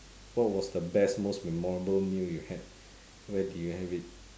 what was the best most memorable meal you had where did you have it